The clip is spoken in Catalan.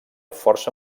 força